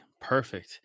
Perfect